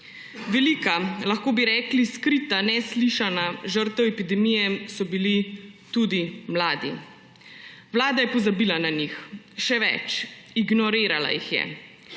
Velika, lahko bi rekli skrita, neslišanažrtev epidemije so bili tudi mladi. Vlada je pozabila na njih. Še več, ignorirala jih je.